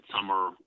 Summer